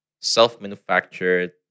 self-manufactured